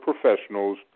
professionals